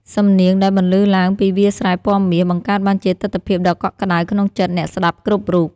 សំនៀងដែលបន្លឺឡើងពីវាលស្រែពណ៌មាស បង្កើតបានជាទិដ្ឋភាពដ៏កក់ក្ដៅក្នុងចិត្តអ្នកស្ដាប់គ្រប់រូប។